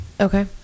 Okay